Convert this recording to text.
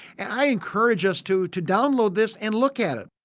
and i encourage us to to download this and look at it.